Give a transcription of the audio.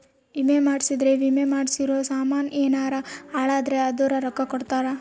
ವಿಮೆ ಮಾಡ್ಸಿದ್ರ ವಿಮೆ ಮಾಡ್ಸಿರೋ ಸಾಮನ್ ಯೆನರ ಹಾಳಾದ್ರೆ ಅದುರ್ ರೊಕ್ಕ ಕೊಡ್ತಾರ